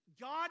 God